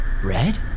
Red